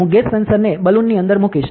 હું ગેસ સેન્સરને બલૂન ની અંદર મૂકીશ